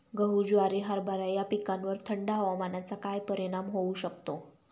गहू, ज्वारी, हरभरा या पिकांवर थंड हवामानाचा काय परिणाम होऊ शकतो?